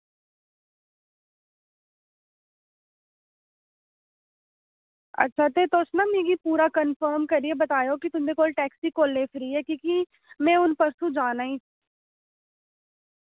ते अच्छा ना तुस मिगी पूरा कंफर्म करियै बतायो कि तुंदे कोल टैक्सी कोलै फ्री ऐ क्योंकि में हून परसों जाना ई